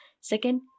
second